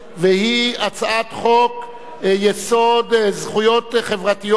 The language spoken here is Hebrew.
והיא הצעת חוק-יסוד: זכויות חברתיות,